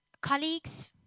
Colleagues